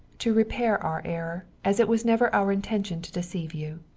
to repair our error, as it was never our intention to deceive you.